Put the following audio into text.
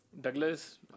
Douglas